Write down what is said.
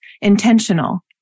intentional